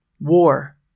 war